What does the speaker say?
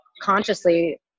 consciously